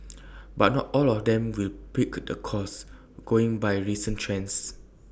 but not all of them will pick the course going by recent trends